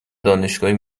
دانشگاهی